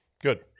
Good